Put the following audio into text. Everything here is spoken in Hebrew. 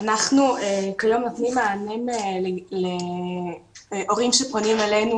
אנחנו כיום נותנים מענים להורים שפונים אלינו